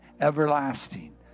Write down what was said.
everlasting